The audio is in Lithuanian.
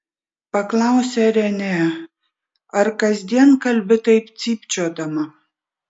paklausė renė ar kasdien kalbi taip cypčiodama